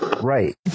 Right